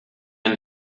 ein